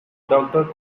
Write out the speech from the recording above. doctor